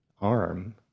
arm